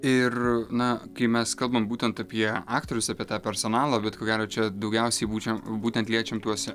ir na kai mes kalbam būtent apie aktorius apie tą personalą bet ko gero čia daugiausiai būčia būtent liečiam tuos